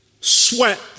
sweat